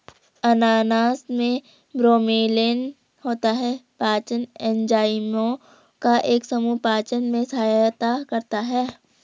अनानास में ब्रोमेलैन होता है, पाचन एंजाइमों का एक समूह पाचन में सहायता करता है